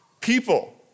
people